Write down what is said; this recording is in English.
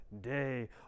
day